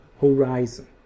horizon